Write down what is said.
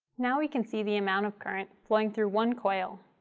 now we can see the amount of current flowing through one coil.